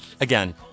Again